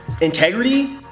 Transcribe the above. integrity